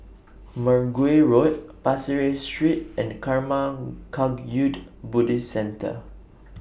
Mergui Road Pasir Ris Street and Karma Kagyud Buddhist Centre